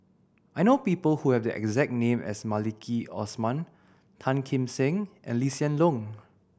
I know people who have the exact name as Maliki Osman Tan Kim Seng and Lee Hoon Leong